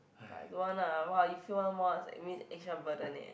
but don't want lah !wah! you fail one more that mean extra burden eh